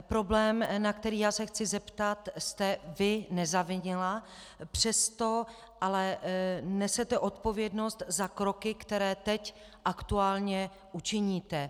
Problém, na který já se chci zeptat, jste vy nezavinila, přesto ale nesete odpovědnost za kroky, které teď aktuálně učiníte.